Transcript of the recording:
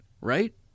right